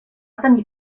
tenir